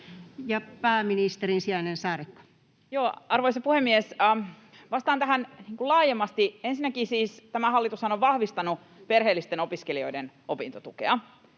kok) Time: 16:35 Content: Arvoisa puhemies! Vastaan tähän laajemmasti. Ensinnäkin siis tämä hallitushan on vahvistanut perheellisten opiskelijoiden opintotukea,